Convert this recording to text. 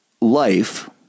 life